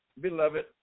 beloved